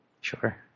Sure